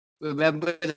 Remember